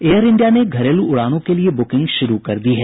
air India ने घरेलू उड़ानों के लिए बुकिंग शुरू कर दी है